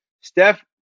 Steph